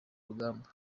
rugamba